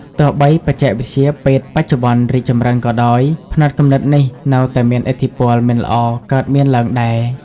ទោះបីបច្ចេកវិទ្យាពេទ្យបច្ចុប្បន្នរីកចម្រើនក៏ដោយ ផ្នត់គំនិតនេះនៅតែមានឥទ្ធិពលមិនល្អកើតមានឡើងដែរ ។